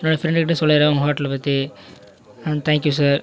என்னோடய ஃப்ரெண்ட்டுக்கிட்டேயும் சொல்லிடுறேன் உங்கள் ஹோட்டல பற்றி தேங்க்யூ சார்